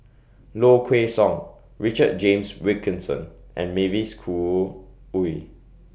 Low Kway Song Richard James Wilkinson and Mavis Khoo Oei